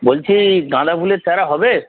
বলছি গাঁদা ফুলের চারা হবে